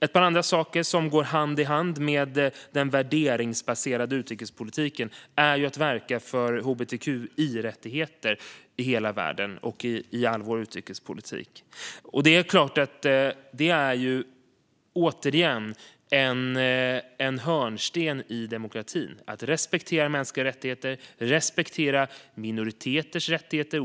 En annan sak som går hand i hand med den värderingsbaserade utrikespolitiken är att verka för hbtqi-rättigheter i hela världen och i all vår utrikespolitik. Det är, återigen, en hörnsten i vår demokrati att respektera mänskliga rättigheter och minoriteters rättigheter.